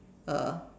uh